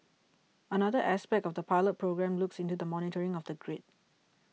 another aspect of the pilot programme looks into the monitoring of the grid